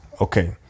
Okay